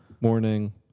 morning